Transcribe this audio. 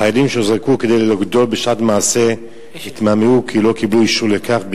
חיילים שהוזעקו כדי ללוכדו בשעת מעשה התמהמהו כי לא קיבלו אישור לכך.